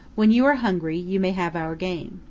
when you are hungry, you may have our game.